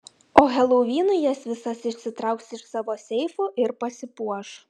o helovinui jas visas išsitrauks iš savo seifų ir pasipuoš